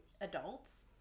adults